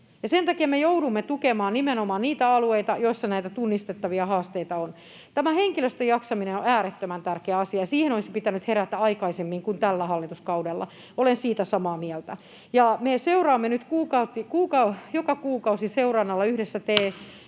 sen takia me joudumme tukemaan nimenomaan niitä alueita, joissa näitä tunnistettavia haasteita on. Tämä henkilöstön jaksaminen on äärettömän tärkeä asia, ja siihen olisi pitänyt herätä aikaisemmin kuin tällä hallituskaudella — olen siitä samaa mieltä. Me seuraamme nyt Työterveyslaitoksen